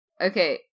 Okay